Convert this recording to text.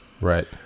Right